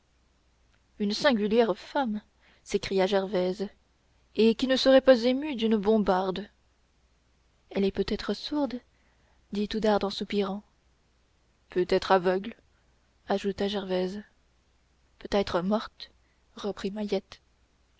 une singulière femme s'écria gervaise et qui ne serait pas émue d'une bombarde elle est peut-être sourde dit oudarde en soupirant peut-être aveugle ajouta gervaise peut-être morte reprit mahiette